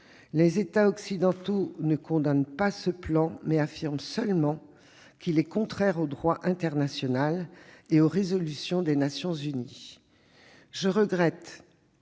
Les États occidentaux ne condamnent pas ce plan, mais affirment seulement qu'il est contraire au droit international et aux résolutions des Nations unies. Je regrette